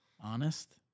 Honest